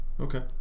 Okay